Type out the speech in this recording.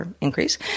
increase